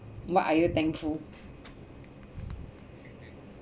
what are you thankful